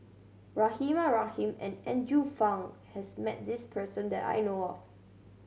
Rahimah Rahim and Andrew Phang has met this person that I know of